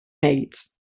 mates